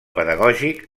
pedagògic